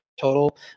total